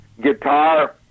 guitar